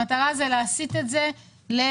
המטרה היא להסיט את זה למגורים.